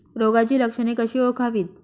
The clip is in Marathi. रोगाची लक्षणे कशी ओळखावीत?